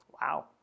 Wow